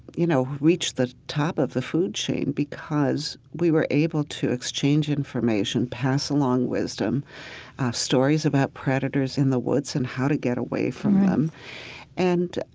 you know, reached the top of the food chain because we were able to exchange information, pass along wisdom of stories about predators in the woods and how to get away from them. and